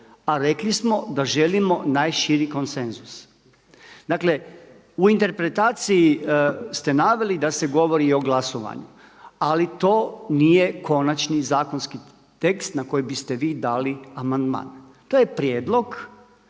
a rekli smo da želimo najširi konsenzus. Dakle u interpretaciji ste naveli da se govori i o glasovanju ali to nije konačni zakonski tekst na koji biste vi dali amandman. To je prijedlog